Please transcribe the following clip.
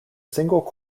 single